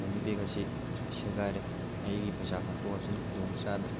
money bag ꯑꯁꯤ ꯁꯦꯒꯥꯏꯔꯦ ꯑꯩꯒꯤ ꯄꯩꯁꯥ ꯍꯥꯞꯊꯣꯛ ꯍꯥꯞꯆꯤꯟ ꯈꯨꯗꯣꯡ ꯆꯥꯗ꯭ꯔꯦ